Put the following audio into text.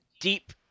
deep